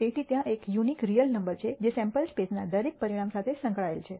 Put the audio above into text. તેથી ત્યાં એક યુનિક રીયલ નંબર છે જે સેમ્પલ સ્પેસ ના દરેક પરિણામ સાથે સંકળાયેલી છે